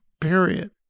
period